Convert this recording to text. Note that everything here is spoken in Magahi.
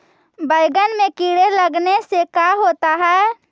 बैंगन में कीड़े लगने से का होता है?